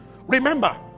Remember